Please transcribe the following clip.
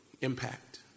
impact